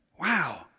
Wow